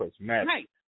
Right